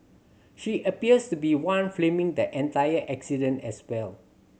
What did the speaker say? she appears to be one filming the entire incident as well